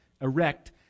erect